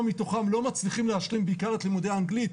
מתוכם לא מצליחים להשלים בעיקר את לימודי האנגלית,